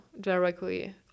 directly